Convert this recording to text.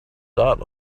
dot